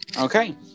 Okay